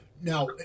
Now